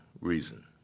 reason